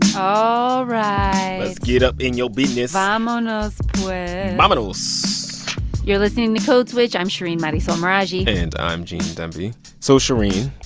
um ah right let's get up in yo' business ah vamonos, pues vamonos you're listening to code switch. i'm shereen marisol meraji and i'm gene demby so shereen.